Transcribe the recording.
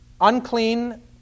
unclean